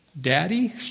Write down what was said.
Daddy